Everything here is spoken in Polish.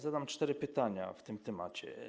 Zadam cztery pytania w tym temacie.